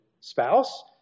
spouse